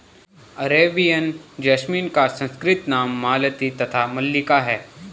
Arabian jasmine का संस्कृत नाम मालती तथा मल्लिका है